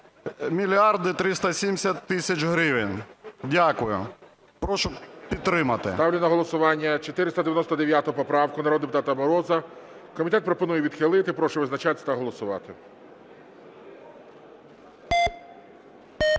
мільярди 370 тисяч гривень. Дякую. Прошу підтримати. ГОЛОВУЮЧИЙ. Ставлю на голосування 499 поправку народного депутата Мороза. Комітет пропонує відхилити. Прошу визначатися та голосувати.